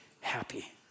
happy